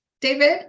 David